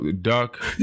duck